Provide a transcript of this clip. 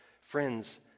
Friends